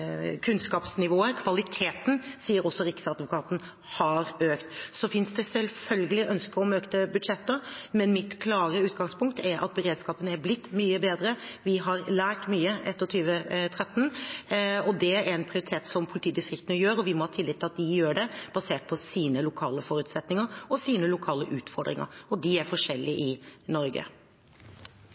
kvaliteten, sier Riksadvokaten – har økt. Så finnes det selvfølgelig ønsker om økte budsjetter, men mitt klare utgangspunkt er at beredskapen har blitt mye bedre. Vi har lært mye etter 2013. Det er en prioritet som politidistriktene gjør, og vi må ha tillit til at de gjør det basert på sine lokale forutsetninger og utfordringer, og de er forskjellige i Norge.